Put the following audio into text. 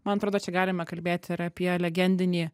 man atrodo čia galime kalbėti ir apie legendinį